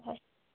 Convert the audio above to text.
হয়